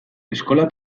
eskola